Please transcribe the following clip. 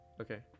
Okay